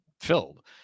filled